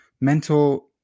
mental